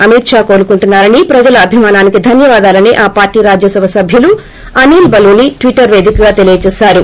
అమిత్ షా కోలుకుంటున్నారని ప్రజల అభిమానానికి ధన్యవాదాలని ఆ పార్టీ రాజ్యసభ సభ్యులు అనిల్ బలూనీ ట్రిటర్ వేదికగా తెలియజేశారు